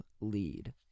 lead